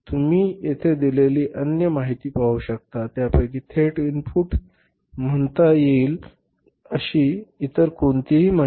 तुम्ही येथे दिलेली अन्य माहिती पाहू शकता त्यापैकी थेट इनपुट म्हणता येईल अशी इतर कोणतीही माहिती नाही